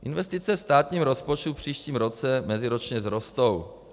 Investice státního rozpočtu v příštím roce meziročně vzrostou.